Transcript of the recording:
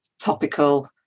topical